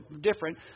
different